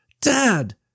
Dad